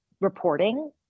reporting